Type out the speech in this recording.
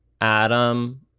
Adam